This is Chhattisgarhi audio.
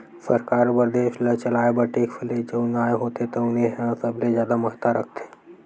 सरकार बर देस ल चलाए बर टेक्स ले जउन आय होथे तउने ह सबले जादा महत्ता राखथे